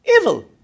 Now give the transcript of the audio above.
evil